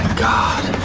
god!